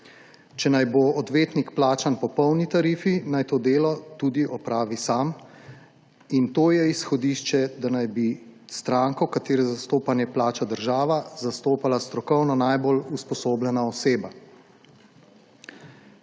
Če naj bo odvetnik plačan po polni tarifi, naj to delo tudi opravi sam, in to je izhodišče, da naj bi stranko, katere zastopanje plača država, zastopala strokovno najbolj usposobljena oseba.